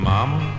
Mama